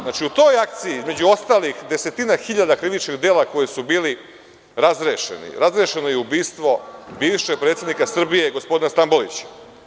Znači, u toj akciji, između ostalih desetina hiljada krivičnih dela koja su bila razrešena, razrešeno je i ubistvo bivšeg predsednika Srbije, gospodina Stambolića.